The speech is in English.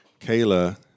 Kayla